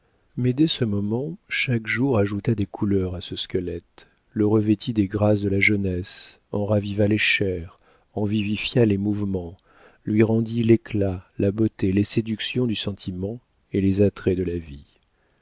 mais dès ce moment chaque jour ajouta des couleurs à ce squelette le revêtit des grâces de la jeunesse en raviva les chairs en vivifia les mouvements lui rendit l'éclat la beauté les séductions du sentiment et les attraits de la vie